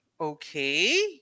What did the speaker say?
okay